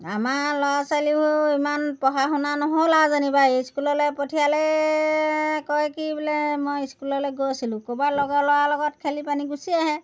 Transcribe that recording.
আমাৰ ল'ৰা ছোৱালীবোৰ ইমান পঢ়া শুনা নহ'ল আৰু যেনিবা স্কুললৈ পঠিয়ালে কয় কি বোলে মই স্কুললৈ গৈছিলোঁ ক'ৰবাৰ লগৰ ল'ৰা লগত খেলি পানি গুচি আহে